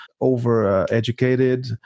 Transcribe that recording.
over-educated